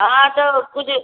हाँ तो कुछ